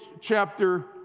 chapter